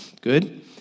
good